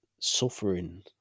suffering